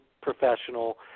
professional